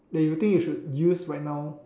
that you think you should use right now